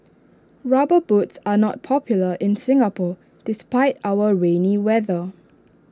rubber boots are not popular in Singapore despite our rainy weather